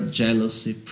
jealousy